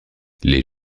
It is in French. les